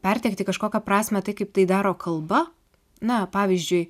perteikti kažkokią prasmę tai kaip tai daro kalba na pavyzdžiui